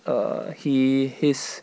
err he his